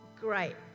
Great